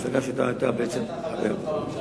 המפלגה שלך היתה בעצם, אתה היית חבר באותה ממשלה.